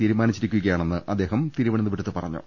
തീരുമാനിച്ചിരിക്കുകയാണെന്ന് അദ്ദേഹം തിരുവനന്തപുരത്ത് പറ ഞ്ഞു